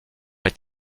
est